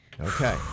Okay